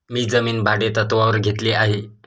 मी जमीन भाडेतत्त्वावर घेतली आहे